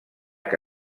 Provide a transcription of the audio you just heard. que